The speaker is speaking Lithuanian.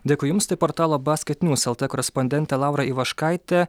dėkui jums tai portalo basket nius lt korespondentė laura ivaškaitė